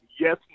Yes